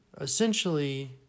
essentially